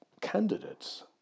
candidates